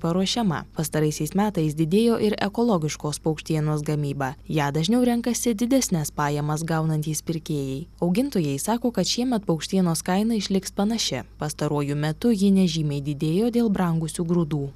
paruošiama pastaraisiais metais didėjo ir ekologiškos paukštienos gamyba ją dažniau renkasi didesnes pajamas gaunantys pirkėjai augintojai sako kad šiemet paukštienos kaina išliks panaši pastaruoju metu ji nežymiai didėjo dėl brangusių grūdų